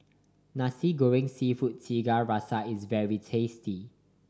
Nasi Goreng Seafood Tiga Rasa is very tasty